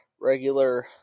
regular